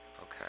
Okay